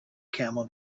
camel